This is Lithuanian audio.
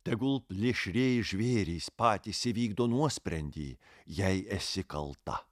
tegul plėšrieji žvėrys patys įvykdo nuosprendį jei esi kalta